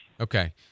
Okay